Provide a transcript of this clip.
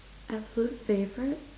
absolute favorite